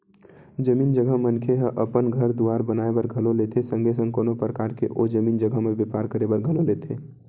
जमीन जघा मनखे ह अपन घर दुवार बनाए बर घलो लेथे संगे संग कोनो परकार के ओ जमीन जघा म बेपार करे बर घलो लेथे